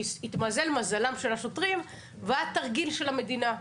התמזל מזלם של השוטרים והיה תרגיל של המדינה.